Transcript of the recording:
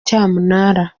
cyamunara